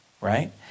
right